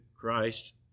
Christ